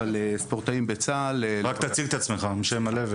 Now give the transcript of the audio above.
תודה רבה,